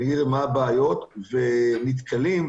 --- ונתקלים,